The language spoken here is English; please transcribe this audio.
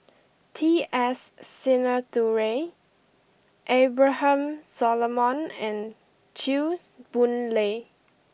T S Sinnathuray Abraham Solomon and Chew Boon Lay